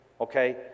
okay